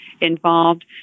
involved